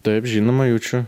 taip žinoma jaučiu